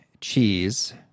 cheese